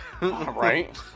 Right